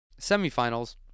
semifinals